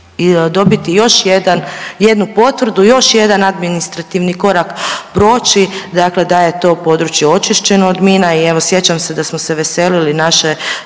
dobiti još jedan, jednu potvrdu, još jedan administrativni korak proći dakle da je to područje očišćeno od mina i evo sjećam se da smo se veselili naše,